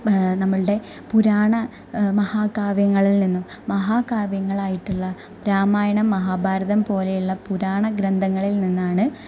നമ്മളുടെ പുരാണ മഹാകാവ്യങ്ങളില് നിന്നും മഹാകവ്യങ്ങളായിട്ടുള്ള രാമായണം മഹാഭാരതം പോലെയുള്ള പുരാണ ഗ്രന്ഥങ്ങളില് നിന്നാണ്